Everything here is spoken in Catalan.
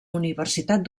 universitat